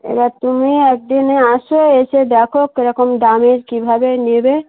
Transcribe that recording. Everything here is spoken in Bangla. এবার তুমি একদিন আসো এসে দেখো কীরকম দামের কীভাবে নেবে